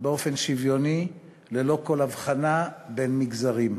באופן שוויוני, ללא כל הבחנה בין מגזרים.